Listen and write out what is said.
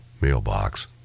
mailbox